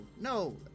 No